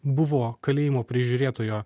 buvo kalėjimo prižiūrėtojo